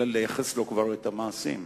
ולא כבר לייחס לו את המעשים?